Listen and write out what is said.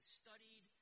studied